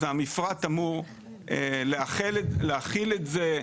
אז, המפרט אמור להכיל את זה.